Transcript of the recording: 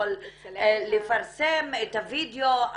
יכול לפסם את הווידאו,